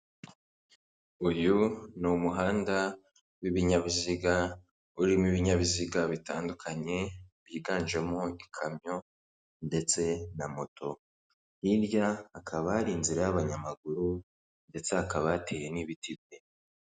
Uyu ni umuhanda w'ibinyabiziga urimo ibinyabiziga bitandukanye byiganjemo ikamyo ndetse na moto, hirya hakaba ari inzira y'abanyamaguru ndetse hakaba hateye n'ibiti byiza.